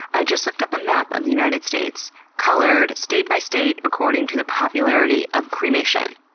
i just looked up a map of the united states colored state by state according to the popularity of cremation.